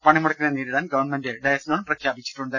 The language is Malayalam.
പണിമുടക്കിനെ നേരിടാൻ ഗവൺമെന്റ് ഡയസ്നോൺ പ്രഖ്യാപിച്ചിട്ടുണ്ട്